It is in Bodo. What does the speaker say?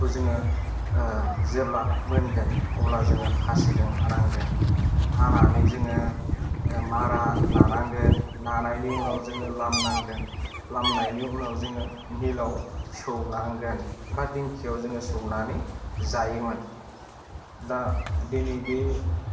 खौ जोङो जेब्ला मोनगोन अब्ला जोङो खासिदों हानांगोन हानानै जोङो मारा नानांगोन नानायनि उनाव जोङो लामनांगोन लामनायनि उनाव जोङो मिलाव सौनांगोन बा दिंखियाव जोङो सौनानै जायोमोन दा दिनै बे